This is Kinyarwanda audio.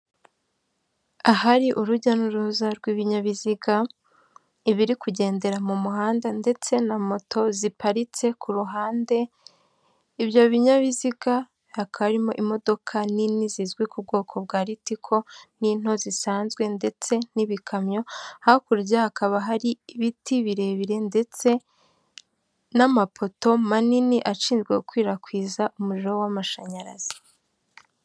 Ahari urujya n'uruza rw'ibinyabiziga ibiri kugendera mu muhanda ndetse na moto ziparitse ku ruhande ibyo binyabiziga hakaba harimo imodoka nini zizwi ku bwoko bwa litiko n'into zisanzwe ndetse n'ibikamyo hakurya hakaba hari ibiti birebire ndetse n'amapoto manini ashinzwe gukwirakwiza umuriro w'amashanyarazi.